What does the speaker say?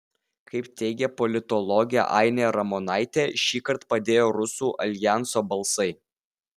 kaip teigia politologė ainė ramonaitė šįkart padėjo rusų aljanso balsai